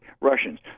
Russians